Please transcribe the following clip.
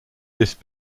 this